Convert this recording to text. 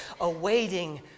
awaiting